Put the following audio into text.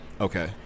Okay